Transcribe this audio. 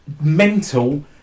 mental